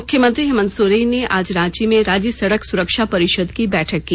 मुख्यमंत्री हेमंत सोरेन ने आज रांची में राज्य सड़क सुरक्षा परिषद की बैठक की